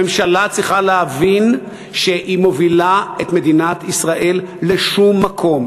הממשלה צריכה להבין שהיא מובילה את מדינת ישראל לשום מקום.